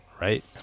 Right